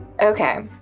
Okay